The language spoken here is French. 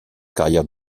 carrière